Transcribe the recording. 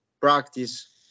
practice